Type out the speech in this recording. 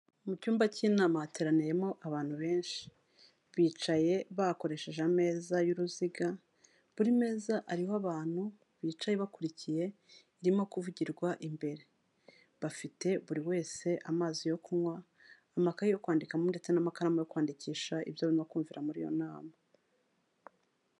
Mu cyumba cy'inama hateraniyemo abantu benshi, bicaye bakoresheje ameza y'uruziga, buri meza ariho abantu bicaye bakurikiye ibirimo kuvugirwa imbere. Bafite buri wese amazi yo kunywa, amakayi yo kwandikamo ndetse n'amakaramu yo kwandikisha ibyo bari kumvira muri iyo nama.